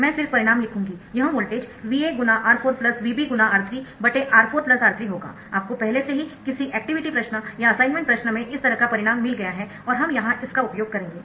मैं सिर्फ परिणाम लिखूंगी यह वोल्टेज VA×R4VB × R3R4R3 होगा आपको पहले से ही किसी एक्टिविटी प्रश्न या असाइनमेंट प्रश्न में इस तरह का परिणाम मिल गया है और हम यहां इसका उपयोग करेंगे